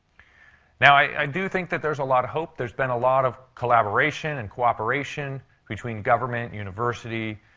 now, i do think that there's a lot of hope. there's been a lot of collaboration and cooperation between government, university,